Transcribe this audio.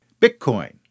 Bitcoin